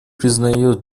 признает